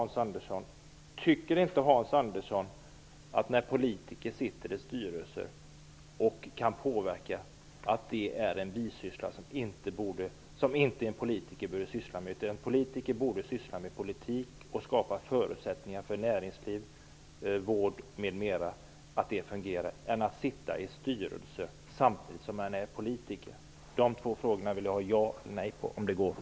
När politiker sitter i styrelser och kan påverka, tycker inte Hans Andersson att det är en bisyssla som en politiker inte borde syssla med? En politiker borde syssla med politik och skapa förutsättningar för näringsliv, vård, m.m. och se till att det fungerar och inte sitta i styrelser samtidigt som man är politiker. Dessa två frågor vill jag, om det går, få ett ja eller nej på.